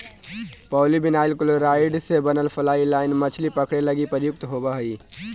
polyvinyl chloride से बनल fly line मछली पकडे लगी प्रयुक्त होवऽ हई